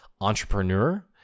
entrepreneur